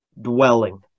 Dwelling